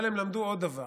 אבל הם למדו עוד דבר,